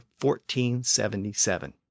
1477